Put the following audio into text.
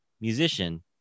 musician